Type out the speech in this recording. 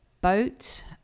boat